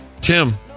Tim